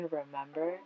remember